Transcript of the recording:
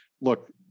Look